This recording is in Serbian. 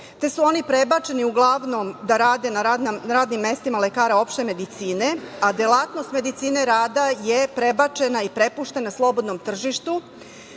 te su oni prebačeni uglavnom da rade na radnim mestima lekara opšte medicine, a delatnost medicine rada je prebačena i prepuštena slobodnom tržištu